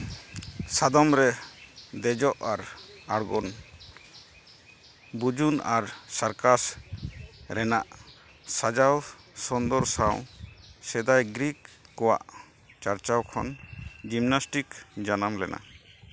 ᱥᱟᱫᱚᱢ ᱨᱮ ᱫᱮᱡᱚᱜ ᱟᱨ ᱟᱬᱜᱚᱱ ᱵᱩᱡᱩᱱ ᱟᱨ ᱥᱟᱨᱠᱟᱥ ᱨᱮᱱᱟᱜ ᱥᱟᱡᱟᱣ ᱥᱚᱱᱫᱚᱨ ᱥᱟᱶ ᱥᱮᱫᱟᱭ ᱜᱨᱤᱠ ᱠᱷᱚᱱᱟᱜ ᱪᱟᱨᱪᱟᱣ ᱠᱷᱚᱱ ᱡᱤᱢᱱᱟᱥᱴᱤᱠ ᱡᱟᱱᱟᱢ ᱞᱮᱱᱟ